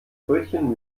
brötchen